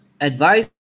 Advice